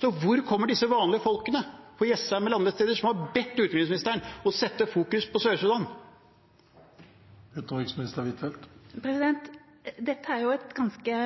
Så hvor er disse vanlige folkene, på Jessheim eller andre steder, som har bedt utenriksministeren om å sette fokus på Sør-Sudan? Dette er jo en ganske